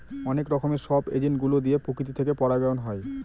অনেক রকমের সব এজেন্ট গুলো দিয়ে প্রকৃতি থেকে পরাগায়ন হয়